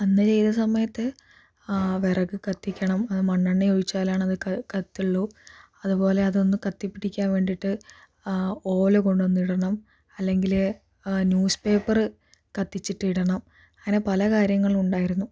അന്ന് ചെയ്ത സമയത്ത് വിറക് കത്തിക്കണം അത് മണ്ണണ്ണ ഒഴിച്ചാലാണത് കത്തുകയുള്ളൂ അതുപോലെ അതൊന്ന് കത്തിപിടിക്കാൻ വേണ്ടിയിട്ട് ഓല കൊണ്ടുവന്നിടണം അല്ലെങ്കിൽ ന്യൂസ്പേപ്പറ് കത്തിച്ചിട്ടിടണം അങ്ങനെ പല കാര്യങ്ങളുണ്ടായിരുന്നു